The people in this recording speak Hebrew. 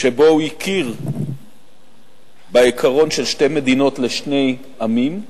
שבו הוא הכיר בעיקרון של שתי מדינות לשני עמים,